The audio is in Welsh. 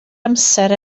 amser